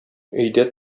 өйдә